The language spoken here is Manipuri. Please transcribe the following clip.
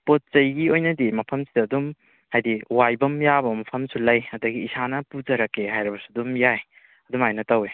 ꯄꯣꯠ ꯆꯩꯒꯤ ꯑꯣꯏꯅꯗꯤ ꯃꯐꯝꯁꯤꯗ ꯑꯗꯨꯝ ꯍꯥꯏꯗꯤ ꯋꯥꯏꯕ ꯌꯥꯕ ꯃꯐꯝꯁꯨ ꯂꯩ ꯑꯗꯨꯗꯒꯤ ꯏꯁꯥꯅ ꯄꯨꯖꯔꯛꯀꯦ ꯍꯥꯏꯔꯕꯁꯨ ꯑꯗꯨꯝ ꯌꯥꯏ ꯑꯗꯨꯃꯥꯏꯅ ꯇꯧꯏ